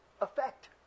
effect